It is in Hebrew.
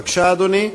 בבקשה, אדוני.